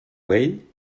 vell